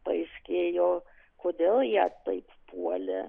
paaiškėjo kodėl ją taip puolė